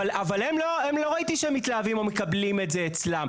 אבל הם לא ראיתי שהם מתלהבים או מקבלים את זה אצלם.